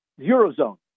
Eurozone